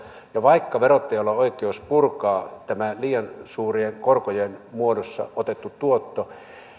ja vaikka verottajalla on oikeus purkaa tämä liian suurien korkojen muodossa otettu tuotto